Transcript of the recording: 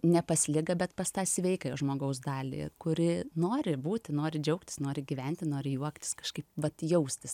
ne pas ligą bet pas tą sveikąją žmogaus dalį kuri nori būti nori džiaugtis nori gyventi nori juoktis kažkaip vat jaustis